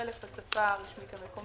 חלק בשפה הרשמית המקומית,